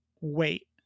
wait